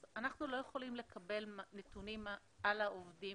אנחנו לא יכולים לקבל נתונים על העובדים